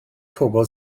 pobl